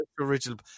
original